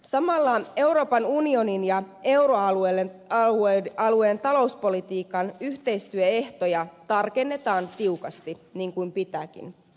samalla euroopan unionin ja euroalueen talouspolitiikan yhteistyöehtoja tarkennetaan tiukasti niin kuin pitääkin